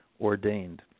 ordained